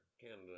Canada